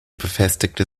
befestigte